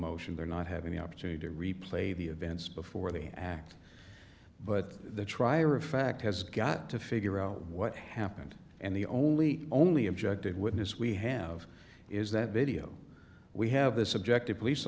motion they're not having the opportunity to replay the events before the act but the trier of fact has got to figure out what happened and the only only objective witness we have is that video we have this object of police